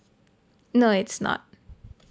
no it's not